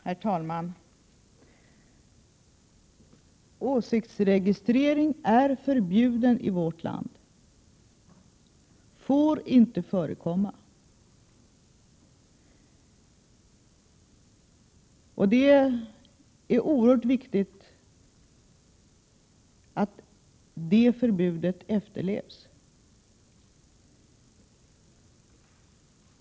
Herr talman! Åsiktsregistrering är förbjuden i vårt land och får således inte förekomma. Det är oerhört viktigt att det förbudet efterlevs.